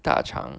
大肠